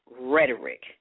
rhetoric